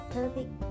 perfect